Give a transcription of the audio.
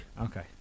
Okay